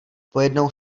pojednou